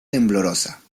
temblorosa